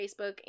Facebook